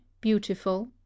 beautiful